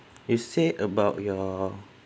you said about your